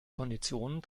konditionen